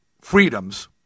freedoms